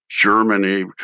Germany